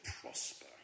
prosper